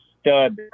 stud